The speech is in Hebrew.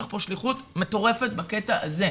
יש לך פה שליחות מטורפת בקטע הזה.